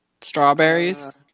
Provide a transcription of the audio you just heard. Strawberries